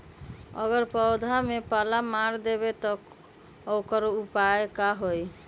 अगर पौधा में पल्ला मार देबे त औकर उपाय का होई?